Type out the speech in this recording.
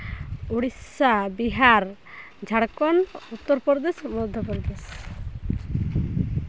Odisha Bihar Jharkhand Uttar Pradesh Madhya Pradesh